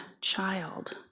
child